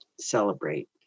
celebrate